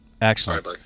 Excellent